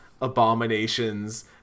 abominations